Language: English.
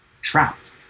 trapped